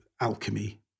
alchemy